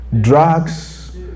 drugs